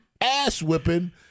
ass-whipping